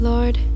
Lord